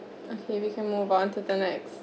okay we can move on to the next